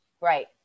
right